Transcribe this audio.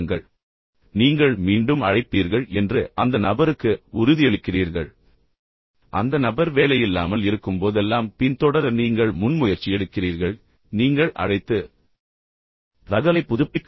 நீங்கள் அதைச் செய்யும்போது நீங்கள் மீண்டும் அழைப்பீர்கள் என்று அந்த நபருக்கு உறுதியளிக்கிறீர்கள் அந்த நபர் வேலையில்லாமல் இருக்கும்போதெல்லாம் பின்தொடர நீங்கள் முன்முயற்சி எடுக்கிறீர்கள் நீங்கள் அழைத்து பின்னர் தகவலைப் புதுப்பிக்கவும்